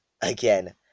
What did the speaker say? again